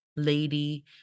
lady